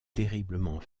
terriblement